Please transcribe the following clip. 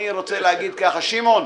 אני רוצה להגיד כך, שמעון.